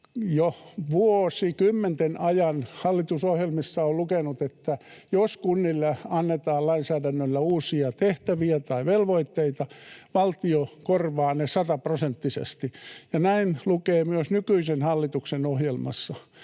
jo vuosikymmenten ajan hallitusohjelmissa on lukenut, että jos kunnille annetaan lainsäädännöllä uusia tehtäviä tai velvoitteita, valtio korvaa ne sataprosenttisesti, ja näin lukee myös nykyisen hallituksen ohjelmassa.